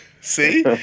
See